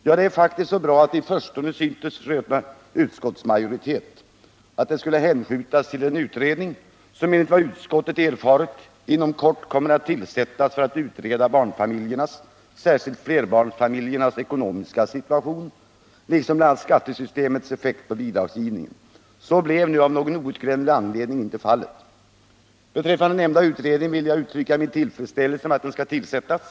Ja, det är faktiskt så bra att det i förstone syntes resultera i en majoritet i utskottet för att hänskjuta frågan till den utredning som, enligt vad utskottet erfarit, inom kort kommer att tillsättas för att utreda barnfamiljernas, särskilt flerbarnsfamiljernas, ekonomiska situation och bl.a. även skattesystemets effekt på bidragsgivningen. Så blev nu av någon outgrundlig anledning inte fallet. Beträffande nämnda utredning vill jag uttrycka min tillfredsställelse med att den skall tillsättas.